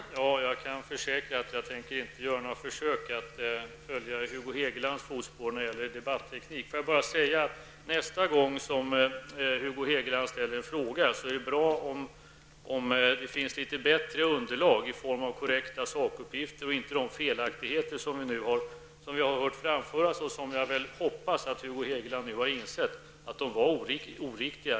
Herr talman! Jag kan försäkra att jag inte tänker göra några försök att följa i Hugo Hegelands fotspår när det gäller debattekniken. Nästa gång Hugo Hegeland ställer en fråga vore det bra om han hade litet bättre underlag i form av korrekta sakuppgifter och inte sådana felaktigheter som vi nu hört framföras och som jag hoppas Hugo Hegeland insett verkligen är felaktigheter.